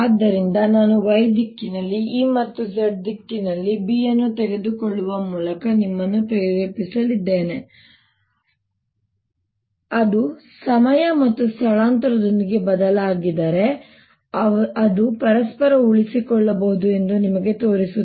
ಆದ್ದರಿಂದ ನಾನು y ದಿಕ್ಕಿನಲ್ಲಿ E ಮತ್ತು z ದಿಕ್ಕಿನಲ್ಲಿ B ಅನ್ನು ತೆಗೆದುಕೊಳ್ಳುವ ಮೂಲಕ ನಿಮ್ಮನ್ನು ಪ್ರೇರೇಪಿಸಲಿದ್ದೇನೆ ಮತ್ತು ಅವರು ಸಮಯ ಮತ್ತು ಸ್ಥಳದೊಂದಿಗೆ ಬದಲಾಗಿದರೆ ಅವರು ಪರಸ್ಪರ ಉಳಿಸಿಕೊಳ್ಳಬಹುದು ಎಂದು ನಿಮಗೆ ತೋರಿಸುತ್ತಾರೆ